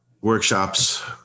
workshops